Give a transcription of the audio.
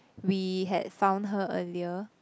we had found her earlier